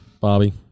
Bobby